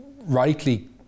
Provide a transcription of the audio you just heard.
rightly